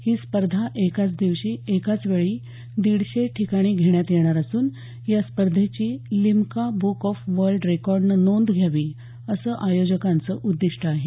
ही स्पर्धा एकाच दिवशी एकाच वेळी दीडशे ठिकाणी घेण्यात येणार असून या स्पर्धेची लिम्का बुक ऑफ वर्ल्ड रेकॉर्डनं नोंद घ्यावी असं आयोजकांचं उद्दिष्ट आहे